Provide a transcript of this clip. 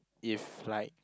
if like